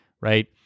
right